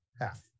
Half